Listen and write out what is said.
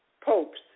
popes